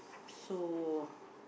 so